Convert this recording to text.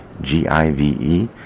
G-I-V-E